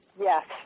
yes